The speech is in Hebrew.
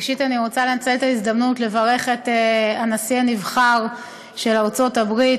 ראשית אני רוצה לנצל את ההזדמנות ולברך את הנשיא הנבחר של ארצות-הברית,